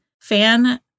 fan